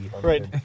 Right